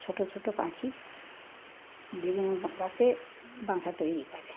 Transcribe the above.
ছোটো ছোটো পাখি বিভিন্ন গাছে বাসা তৈরি করে